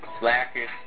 Slackers